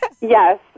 Yes